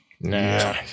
Nah